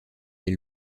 des